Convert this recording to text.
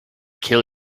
kill